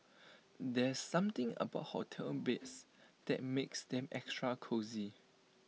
there's something about hotel beds that makes them extra cosy